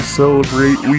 celebrate